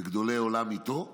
וגדולי עולם איתו.